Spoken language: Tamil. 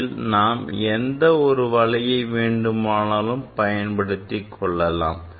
இதில் நாம் எந்த ஒரு வலையை வேண்டுமானாலும் பயன்படுத்திக்கொள்ளலாம்